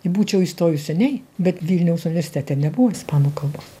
i būčiau įstojus seniai bet vilniaus universitete nebuvo ispanų kalbos